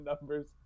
numbers